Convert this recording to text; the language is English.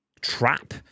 trap